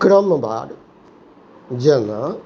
क्रमवार जेना